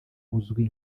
uzwi